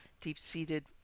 deep-seated